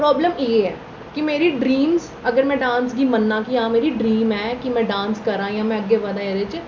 problem एह् ऐ कि मेरी ड्रीम अगर में डांस गी मन्नां कि हां मेरी ड्रीम ऐ कि में डांस करां जां में अग्गें बधां एह्दे च